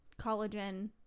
collagen